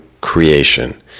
creation